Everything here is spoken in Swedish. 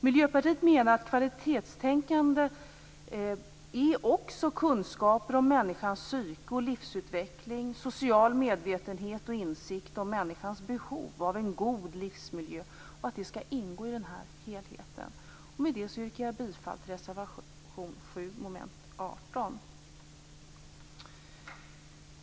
Miljöpartiet menar att kvalitetstänkande också innefattar kunskaper om människans psyke och livsutveckling, social medvetenhet och insikt om människans behov av en god livsmiljö och att det skall ingå i helheten. Med detta yrkar jag bifall till reservation 7 under mom. 18.